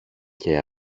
και